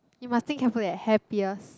you must think careful leh happiest